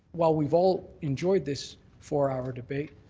while we've all enjoyed this four-hour debate,